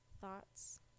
thoughts